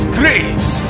grace